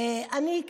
אני,